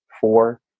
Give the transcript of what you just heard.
four